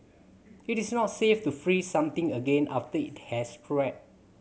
it is not safe to freeze something again after it has thawed